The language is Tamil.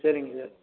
ம் சரிங்க சார்